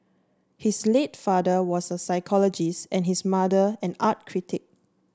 his late father was a psychologist and his mother an art critic